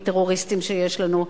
הטרוריסטים שיש לנו.